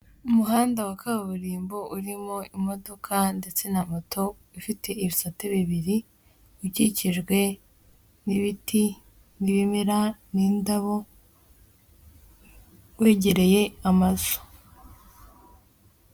Umuhanda wa kaburimbo urimo imodoka ndetse na moto, ufite ibifate bibiri, ukikijwe n'ibiti n'ibimera n'indabo wegereye amazu.